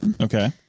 Okay